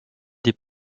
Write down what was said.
des